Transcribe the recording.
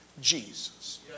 Jesus